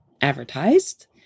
advertised